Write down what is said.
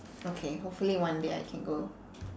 okay hopefully one day I can go